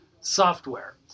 software